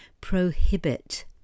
prohibit